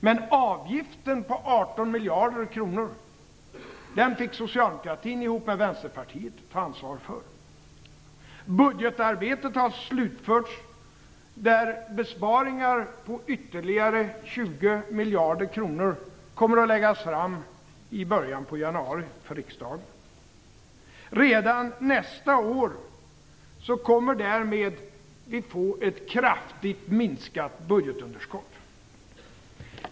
Men avgiften på 18 miljarder kronor fick socialdemokratin ihop med Vänsterpartiet ta ansvar för. Budgetarbetet har slutförts. Besparingar på ytterligare 20 miljarder kronor kommer att läggas fram för riksdagen i början av januari. Redan nästa år kommer vi därmed att få ett kraftigt minskat budgetunderskott.